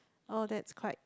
oh that's quite